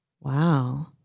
wow